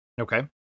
Okay